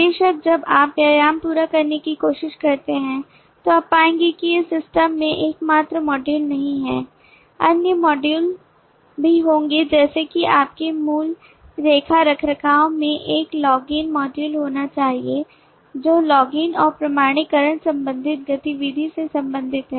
बेशक जब आप व्यायाम पूरा करने की कोशिश करते हैं तो आप पाएंगे कि ये सिस्टम में एकमात्र मॉड्यूल नहीं हैं अन्य मॉड्यूल भी होंगे जैसे कि आपके मूल लेखा रखरखाव में एक लॉगिन मॉड्यूल होना चाहिए जो लॉगिन और प्रमाणीकरण संबंधित गति विधि से संबंधित है